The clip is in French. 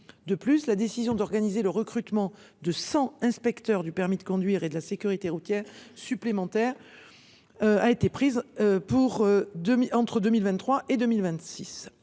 De plus, la décision d’organiser le recrutement de 100 inspecteurs du permis de conduire et de la sécurité routière supplémentaires a été prise pour la période